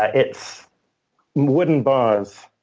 ah it's wooden bars